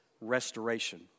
restoration